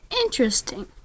Interesting